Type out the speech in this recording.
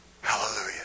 Hallelujah